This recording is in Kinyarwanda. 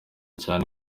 cyane